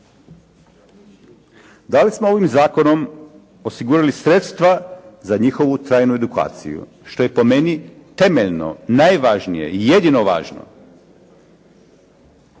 Da li smo ovim zakonom osigurali sredstva za njihovu trajnu edukaciju, što je po meni temeljno, najvažnije i jedino važno.